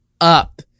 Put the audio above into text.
up